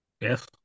Yes